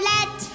Let